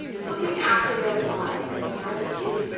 looking after their wives, mrs. allonby.